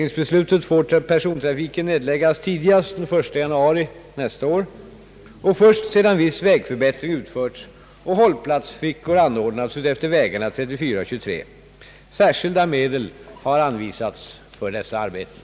sontrafiken nedläggas tidigast 1 januari nästa år och först sedan viss vägförbättring utförts och hållplatsfickor anordnats utefter vägarna 34 och 23. Särskilda medel har anvisats för dessa arbeten.